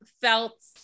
felt